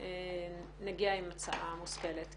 כשאת לוקחת בחשבון שהמוסדרים נעשה ב-2016 וחוק הבנקאות הוא חוק ישן.